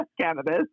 cannabis